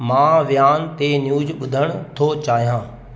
मां विआन ते न्यूज़ ॿुधणु थो चाहियां